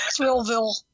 Thrillville